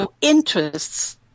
interests